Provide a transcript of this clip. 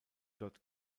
dort